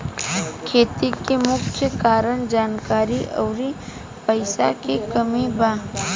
खेती के मुख्य कारन जानकारी अउरी पईसा के कमी बा